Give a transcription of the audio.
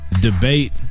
debate